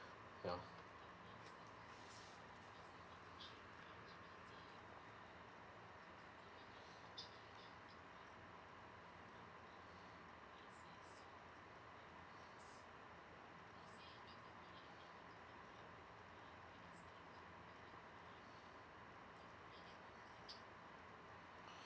yeah